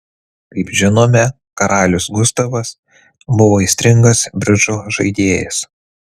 kaip žinome karalius gustavas buvo aistringas bridžo žaidėjas